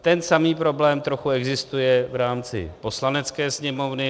Ten samý problém trochu existuje v rámci Poslanecké sněmovny.